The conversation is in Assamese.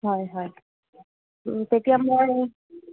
হয় হয় তেতিয়া মই